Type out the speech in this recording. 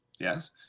Yes